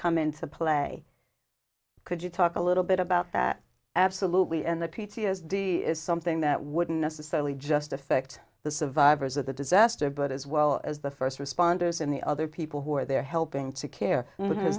come into play could you talk a little bit about that absolutely and that p t s d is something that wouldn't necessarily just affect the survivors of the disaster but as well as the first responders and the other people who are there helping to care